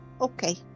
Okay